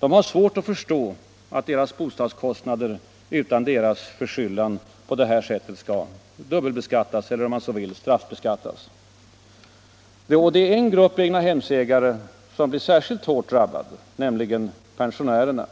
Egnahemsägarna har svårt att förstå att deras bostadskostnader utan deras förskyllan på detta sätt skall dubbelbeskattas eller, om man så vill, straffbeskattas. Det är en grupp egnahemsägare som blir särskilt hårt drabbad, nämligen pensionärerna.